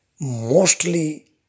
Mostly